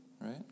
right